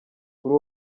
kuri